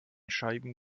scheiben